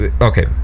Okay